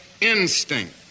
instinct